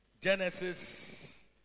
Genesis